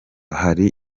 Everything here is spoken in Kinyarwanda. hari